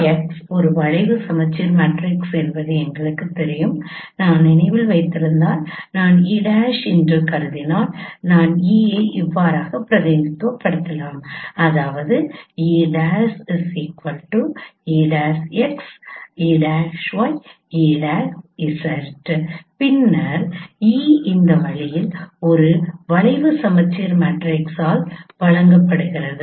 𝑒′x ஒரு வளைவு சமச்சீர் மேட்ரிக்ஸ் என்பது எங்களுக்குத் தெரியும் நான் நினைவில் வைத்திருந்தால் நான் e' என்று கருதினால் நான் e ஐ பிரதிநிதித்துவப்படுத்தினால் பின்னர் 𝑒′ இந்த வழியில் ஒரு வளைவு சமச்சீர் மேட்ரிஸ்ஸால் வழங்கப்படுகிறது